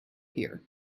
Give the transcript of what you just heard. here